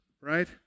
Right